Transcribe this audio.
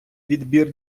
відбір